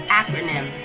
acronym